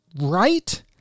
right